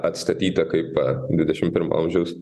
atstatyta kaip dvidešim pirmo amžiaus